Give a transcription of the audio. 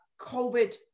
COVID